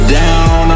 down